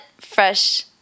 fresh